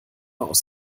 aus